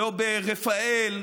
לא ברפאל,